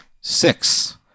six